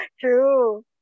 True